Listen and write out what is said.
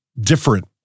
different